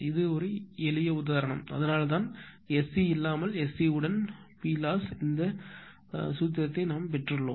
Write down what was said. இது எளிய உதாரணம் அதனால்தான் எஸ்சி இல்லாமல் எஸ்சி உடன் p loss இந்த சூத்திரத்தை நாம் பெற்றுள்ளோம்